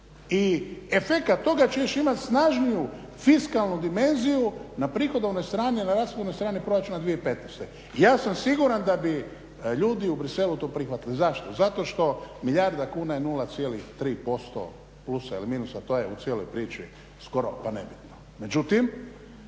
I efekat toga će još imat snažniju fiskalnu dimenziju na prihodovnoj strani ili na rashodovnoj strani proračuna 2015. Ja sam siguran da bi ljudi u Bruxellesu to prihvatili. Zašto, zato što milijarda kuna je 0,3% plusa ili minusa, to je u cijeloj priči skoro pa nebitno.